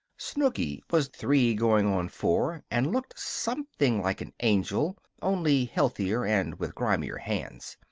snooky was three-going-on-four, and looked something like an angel only healthier and with grimier hands.